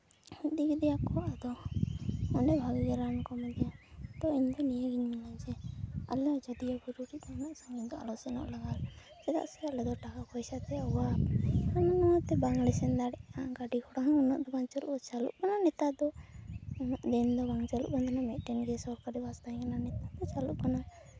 ᱤᱫᱤ ᱠᱮᱫᱮᱭᱟᱠᱚ ᱟᱫᱚ ᱚᱸᱰᱮ ᱵᱷᱟᱜᱮ ᱜᱮ ᱨᱟᱱᱠᱚ ᱮᱢᱟ ᱫᱮᱭᱟ ᱛᱚ ᱤᱧᱫᱚ ᱱᱤᱭᱟᱹᱜᱤᱧ ᱢᱮᱱᱟ ᱡᱮ ᱟᱞᱮ ᱟᱡᱳᱫᱤᱭᱟᱹ ᱵᱩᱨᱩ ᱫᱚ ᱱᱩᱱᱟᱹᱜ ᱥᱟᱹᱜᱤᱧ ᱫᱚ ᱟᱞᱮ ᱥᱮᱱᱚᱜ ᱞᱟᱜᱟᱣ ᱞᱮᱭᱟ ᱪᱮᱫᱟᱜ ᱥᱮ ᱟᱞᱮᱫᱚ ᱴᱟᱠᱟ ᱯᱚᱭᱥᱟᱛᱮ ᱚᱵᱷᱟᱵᱽ ᱦᱟᱱᱟ ᱱᱚᱣᱟᱛᱮ ᱵᱟᱝᱞᱮ ᱥᱮᱱ ᱫᱟᱲᱮᱭᱟᱜᱼᱟ ᱜᱟᱹᱰᱤ ᱜᱷᱚᱲᱟ ᱦᱚᱸ ᱩᱱᱟᱹᱜ ᱫᱚ ᱵᱟᱝ ᱪᱟᱹᱞᱩᱜᱼᱟ ᱪᱟᱹᱞᱩᱜᱼᱟ ᱩᱱᱟᱹᱜ ᱫᱤᱱ ᱫᱚ ᱵᱟᱝ ᱪᱟᱹᱞᱩᱜ ᱠᱟᱱ ᱛᱟᱦᱮᱱᱟ ᱢᱤᱫᱴᱮᱱᱜᱮ ᱥᱚᱨᱠᱟᱨᱤ ᱵᱟᱥ ᱛᱟᱦᱮᱸ ᱠᱟᱱᱟ ᱱᱮᱛᱟᱨ ᱫᱚ ᱪᱟᱹᱞᱩᱜ ᱠᱟᱱᱟ